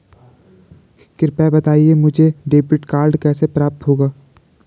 कृपया बताएँ मुझे डेबिट कार्ड कैसे प्राप्त होगा?